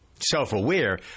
Self-aware